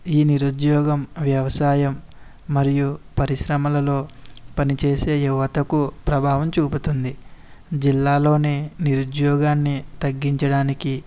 ఈ నిరుద్యోగం వ్యవసాయం మరియు పరిశ్రమలలో పనిచేసే యువతకు ప్రభావం చూపుతుంది జిల్లాలో నిరుద్యోగాన్ని తగ్గించడానికి